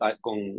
con